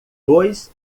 dois